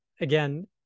again